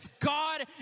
God